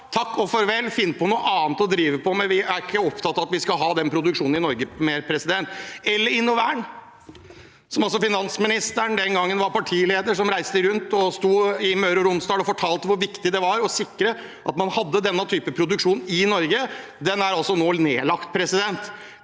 takk og farvel, finn på noe annet å drive på med, for vi er ikke opptatt av at vi skal ha den produksjonen i Norge mer. Eller ta Innovern: Finansministeren, den gangen partileder, reiste rundt og sto i Møre og Romsdal og fortalte hvor viktig det var å sikre at man hadde denne typen produksjon i Norge. Det er altså nå nedlagt. Det